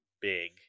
big